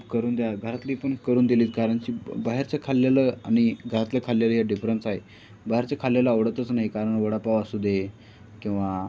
करून द्या घरातली पण करून दिलीत कारण शी बाहेरचं खाल्लेलं आणि घरातलं खाल्लेलं यात डिफरन्स आहे बाहेरचं खाल्लेलं आवडतच नाही कारण वडापाव असू दे किंवा